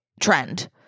trend